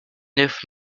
neuf